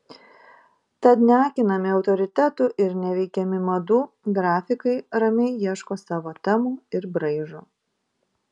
tad neakinami autoritetų ir neveikiami madų grafikai ramiai ieško savo temų ir braižo